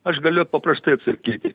aš galiu paprastai atsakyti